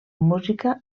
música